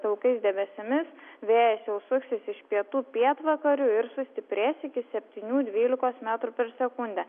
pilkais debesimis vėjas jau suksis iš pietų pietvakarių ir sustiprės iki septynių dvylikos metrų per sekundę